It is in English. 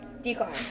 decline